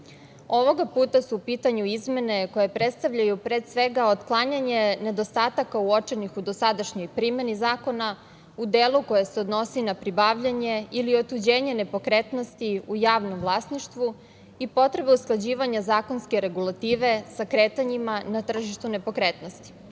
Ovoga puta su u pitanju izmene koje predstavljaju pre svega otklanjanje nedostataka uočenih u dosadašnjoj primeni zakona u delu koji se odnosi na pribavljanje ili otuđenje nepokretnosti u javnom vlasništvu i potrebe usklađivanja zakonske regulative sa kretanjima na tržištu nepokretnosti. Naime,